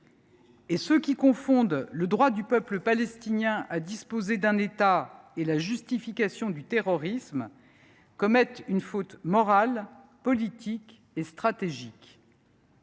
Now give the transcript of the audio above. Ceux qui confondent le droit du peuple palestinien à disposer d’un État et la justification du terrorisme commettent une faute morale, politique et stratégique.